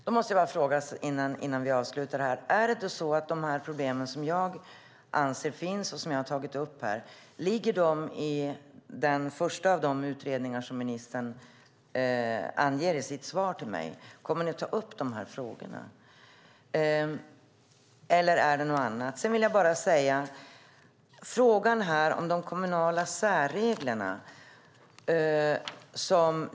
Fru talman! Jag måste ställa en fråga innan vi avslutar debatten. Ligger de problem som jag anser finns och har tagit upp här i den första av de utredningar som ministern anger i sitt svar till mig? Kommer ni att ta upp de frågorna, eller är det något annat?